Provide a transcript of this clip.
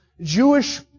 Jewish